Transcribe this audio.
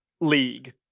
league